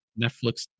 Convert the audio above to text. Netflix